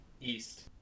east